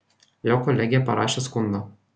jo kolegė parašė skundą